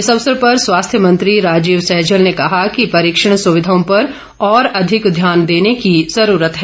इस अवसर पर स्वास्थ्य मंत्री राजीव सैजल ने कहा कि परीक्षण सुविधाओं पर और अधिक ध्यान देने की जरूरत है